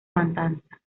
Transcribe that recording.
matanza